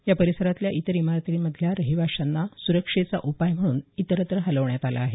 या परिसरातल्या इतर इमारतींमधल्या रहिवाशांना सुरक्षेचा उपाय म्हणून इतरत्र हलवण्यात आलं आहे